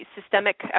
systemic